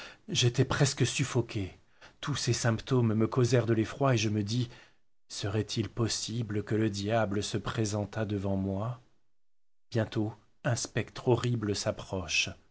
j'étais presque suffoqué tous ces symptômes me causèrent de l'effroi et je me dis serait-il possible que le diable se présentât devant moi bientôt un spectre horrible s'approche